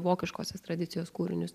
vokiškosios tradicijos kūrinius